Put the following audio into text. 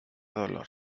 dolor